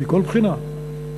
מכל בחינה,